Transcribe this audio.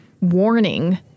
warning